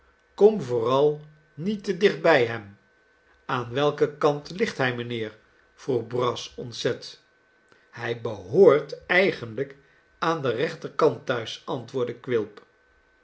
kom vooral niet te dicht bij hem aan welken kant ligt hij mijnheer vroeg brass ontzet hij behoort eigenlijk aan den rechterkant thuis antwoordde quilp